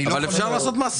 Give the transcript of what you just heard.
ואפשר לעשות מעשה.